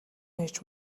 байж